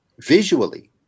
visually